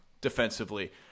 defensively